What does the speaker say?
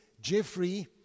Jeffrey